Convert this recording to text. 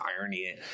irony